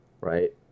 Right